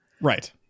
Right